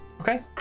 Okay